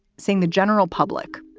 saying the general public.